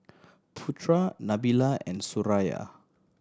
Putra Nabila and Suraya